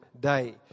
Day